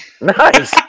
Nice